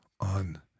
on